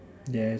yes